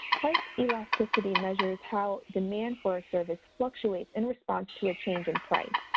price elasticity measures how demand for our service fluctuates in response to a change in price.